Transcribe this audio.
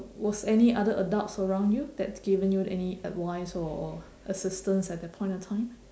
was any other adults around you that given you any advice or or assistance at that point of time